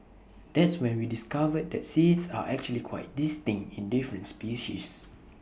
that's when we discovered that seeds are actually quite distinct in different species